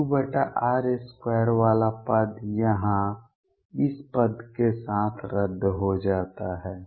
ur3 वाला पद यहां इस पद के साथ रद्द हो जाता है